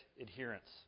adherence